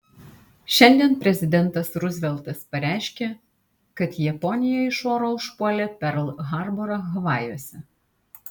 šiandien prezidentas ruzveltas pareiškė kad japonija iš oro užpuolė perl harborą havajuose